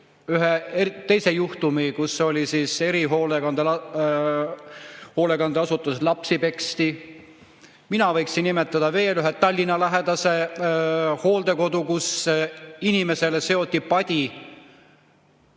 ühte teist juhtumit, kui erihoolekandeasutuses lapsi peksti. Mina võin nimetada ühte Tallinna-lähedast hooldekodu, kus inimesele seoti padi